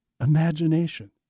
imagination